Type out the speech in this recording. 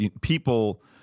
people